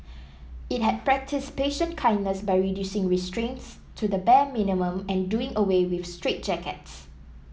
it had practised patient kindness by reducing restraints to the bare minimum and doing away with straitjackets